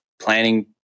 planning